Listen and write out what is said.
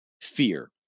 fear